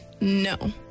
No